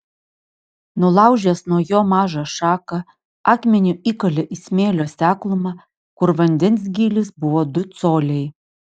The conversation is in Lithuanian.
nulaužęs nuo jo mažą šaką akmeniu įkalė į smėlio seklumą kur vandens gylis buvo du coliai